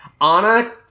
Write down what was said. Anna